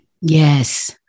Yes